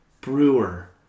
Brewer